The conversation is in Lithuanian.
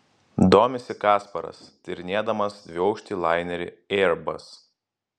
domisi kasparas tyrinėdamas dviaukštį lainerį airbus